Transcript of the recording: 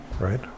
right